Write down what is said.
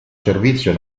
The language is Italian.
servizio